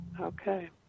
Okay